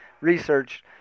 researched